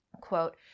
Quote